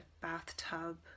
bathtub